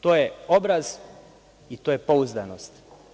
To je obraz i to je pouzdanost.